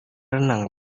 renang